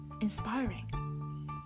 inspiring